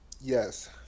Yes